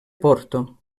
porto